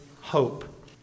hope